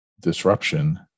disruption